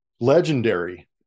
legendary